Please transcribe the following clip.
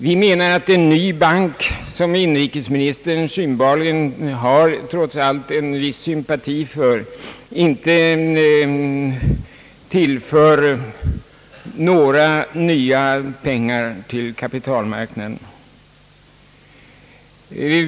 Vi menar att en ny bank, som inrikesministern synbarligen hyser en viss sympati för, inte tillför några nya pengar till kapitalmarknaden.